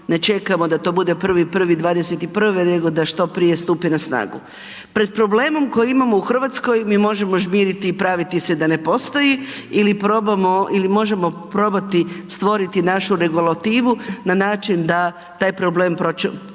ne čekamo, da to bude 1.1.'21. nego da što prije stupi na snagu. Pred problemom koji imamo u RH mi možemo žmiriti i praviti se da ne postoji ili probamo ili možemo probati stvoriti našu regulativu na način da taj problem probamo